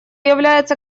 является